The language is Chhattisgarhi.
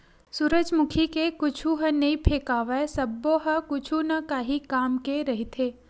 सूरजमुखी के कुछु ह नइ फेकावय सब्बो ह कुछु न काही काम के रहिथे